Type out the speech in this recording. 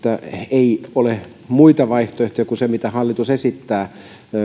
ei ole muita vaihtoehtoja kuin se mitä hallitus esittää